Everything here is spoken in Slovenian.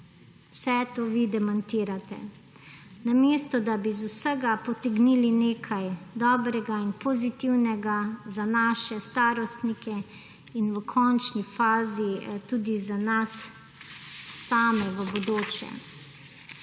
vse to vi demantirate, namesto da bi iz vsega potegnili nekaj dobrega in pozitivnega za naše starostnike in v končni fazi tudi za nas same v bodoče.